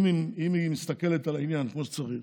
אם היא מסתכלת על העניין כמו שצריך,